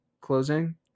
closing